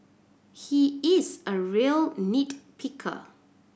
he is a real nit picker